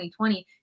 2020